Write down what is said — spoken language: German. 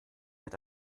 wird